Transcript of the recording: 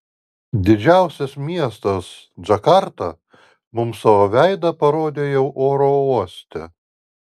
didžiausias miestas džakarta mums savo veidą parodė jau oro uoste